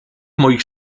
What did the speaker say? moich